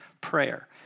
Prayer